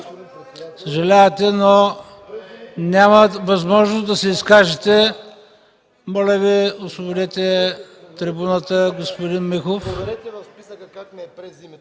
Съжалявам, но няма възможност да се изкажете. Моля Ви, освободете трибуната, господин Михов.